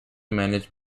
managed